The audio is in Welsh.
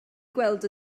gweld